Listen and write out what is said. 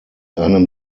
einem